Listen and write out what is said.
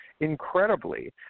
incredibly